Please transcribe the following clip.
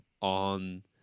on